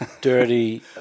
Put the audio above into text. dirty